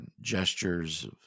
gestures